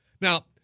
Now